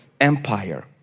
Empire